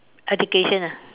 education ah